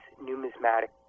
numismatic